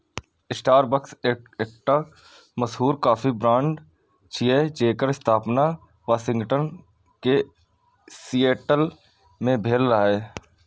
Starbucks एकटा मशहूर coffee brand छियै, जेकर स्थापना वाशिंगटन के सिएटल मे भेल रहै